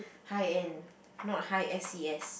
high end not high s_e_s